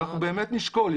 ואנחנו באמת נשקול,